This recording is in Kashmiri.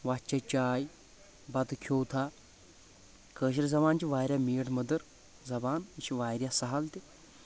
وۄتھ چیٚے چاے بتہٕ کھیوتھا کٲشِر زبان چھِ واریاہ میٖٹھ مٔدٕر زبان یہِ چھِ واریاہ سہل تہِ